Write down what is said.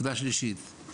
נקודה שלישית,